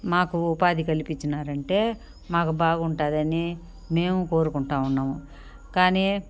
మాకు ఉపాధి కలిపిచ్చినారంటే మాకు బాగుంటుందని మేము కోరుకుంటావున్నాము కానీ